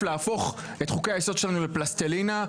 להפוך את חוקי היסוד שלנו לפלסטלינה,